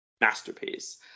masterpiece